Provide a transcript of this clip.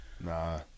Nah